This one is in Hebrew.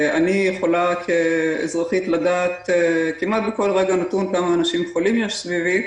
אני כאזרחית יכולה לדעת כמעט בכל רגע נתון כמה אנשים חולים יש סביבי,